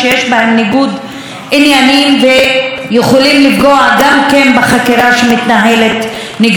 ניגוד עניינים ויכולים לפגוע גם בחקירה שמתנהלת נגדו.